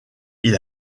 ils